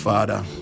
Father